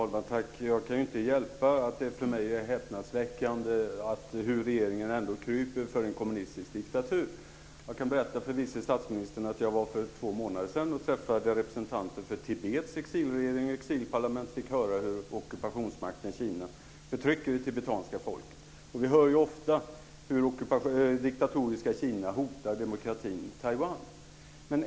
Fru talman! Jag kan inte hjälpa att det för mig är häpnadsväckande hur regeringen kryper för en kommunistisk diktatur. Jag kan berätta för vice statsministern att jag för två månader sedan träffade representanter för Tibets exilregering och exilparlament och då fick höra hur ockupationsmakten Kina förtrycker det tibetanska folket. Vi hör också ofta hur det diktatoriska Kina hotar demokratin i Taiwan.